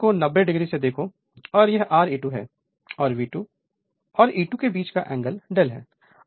इस एंगल को 90 o से देखो और यह Re2 है और V2 और E2 के बीच का एंगल ∂ है